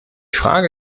frage